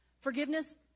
Forgiveness